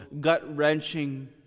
gut-wrenching